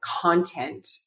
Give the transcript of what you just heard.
content